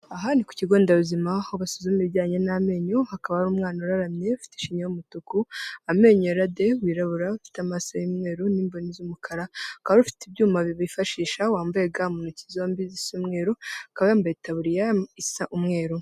Aha ni ku kigo ndebuzima aho basuzuma ibijyanye n'amenyo, hakaba hari umwana uraramye ufite ishinya y' umutuku, amenyo yera de, wirabura ufite amaso y'umweru n'imboni z'umukara, hakaba hari ufite ibyuma bibiri bifashisha, wambaye ga mu ntoki zombi zisa umweru, akaba yambaye itaburiya isa umweru.